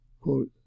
quote